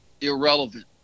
irrelevant